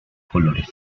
colores